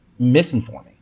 misinforming